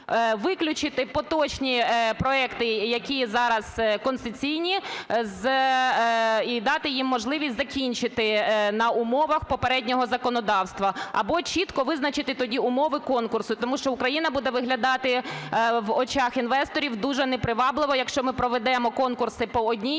виключити поточні проекти, які зараз концесійні, і дати їм можливість закінчити на умовах попереднього законодавства або чітко визначити тоді умови конкурсу. Тому що Україна буде виглядати в очах інвесторів дуже непривабливо, якщо ми проведемо конкурси по одній